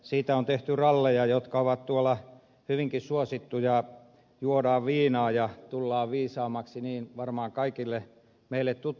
siitä on tehty ralleja jotka ovat tuolla hyvinkin suosittuja juodaan viinaa ja tullaan viisaammiksi näin varmaan kaikille meille tuttu